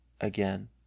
Again